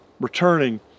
returning